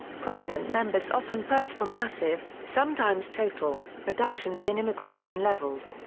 prominent members often press for massive, sometimes total, reductions in immigration levels.